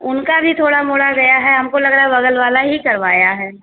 उनका भी थोड़ा मोड़ा गया है हमको लग रहा है बगल वाला ही करवाया है